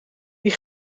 die